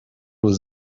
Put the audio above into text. was